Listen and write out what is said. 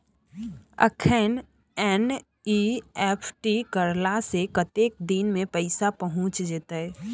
अखन एन.ई.एफ.टी करला से कतेक दिन में पैसा पहुँच जेतै?